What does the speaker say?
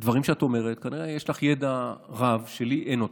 דברים שאת אומרת, כנראה יש לך ידע רב שלי אין.